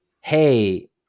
Hey